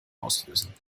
auslösen